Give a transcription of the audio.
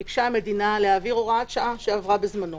ביקשה המדינה להעביר הוראת שעה שעברה בזמנו,